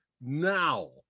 now